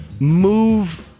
move